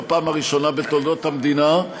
בפעם הראשונה בתולדות המדינה,